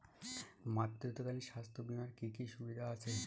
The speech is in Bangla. মাতৃত্বকালীন স্বাস্থ্য বীমার কি কি সুবিধে আছে?